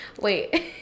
Wait